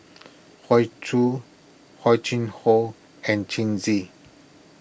Hoey Choo Hor Chim Ho and Xi